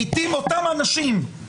לעיתים אותם אנשים,